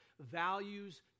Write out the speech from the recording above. values